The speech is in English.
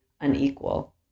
unequal